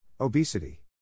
Obesity